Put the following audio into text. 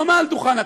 לא מעל דוכן הכנסת,